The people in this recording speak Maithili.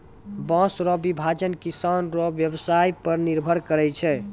बाँस रो विभाजन किसान रो व्यवसाय पर निर्भर करै छै